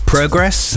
Progress